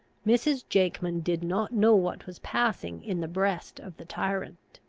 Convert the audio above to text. mrs. jakeman did not know what was passing in the breast of the tyrant.